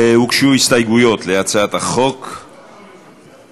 הוגשו הסתייגויות להצעת החוק הנ"ל.